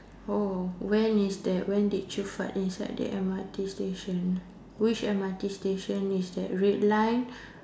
oh when is that when did you fart inside the M_R_T station which M_R_T station is that red line